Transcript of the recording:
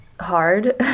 hard